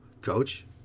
coach